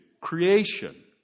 creation